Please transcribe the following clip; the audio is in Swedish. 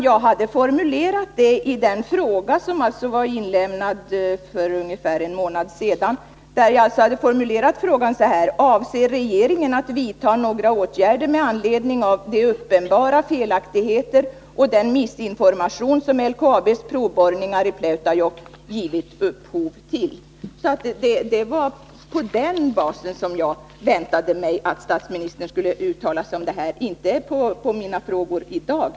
Jag formulerade min fråga — interpellationen lämnades in för ungefär en månad sedan — på följande sätt: Det var på denna basis som jag väntade mig att statsministern skulle uttala sig och inte enbart med anledning av mina frågor i dag.